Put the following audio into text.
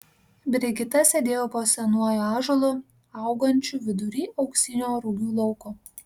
brigita sėdėjo po senuoju ąžuolu augančiu vidury auksinio rugių lauko